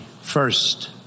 first